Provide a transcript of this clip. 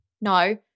No